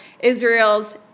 Israel's